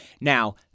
Now